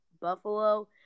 Buffalo